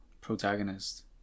protagonist